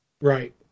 Right